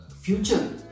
future